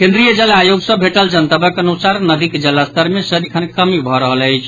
केन्द्रीय जल आयोग सँ भेटल जनतबक अनुसार नदीक जलस्तर मे सदिखन कमि भऽ रहल अछि